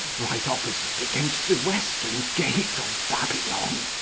right opposite against the western gate of babylon.